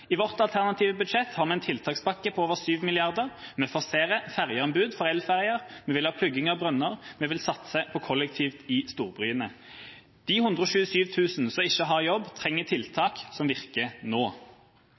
I vårt alternative budsjett har vi en tiltakspakke på over 7 mrd. kr. Vi forserer ferjeanbud for elferjer, vi vil ha plugging av brønner, vi vil satse på kollektiv i storbyene. De 127 000 som ikke har jobb, trenger tiltak som virker nå.